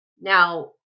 now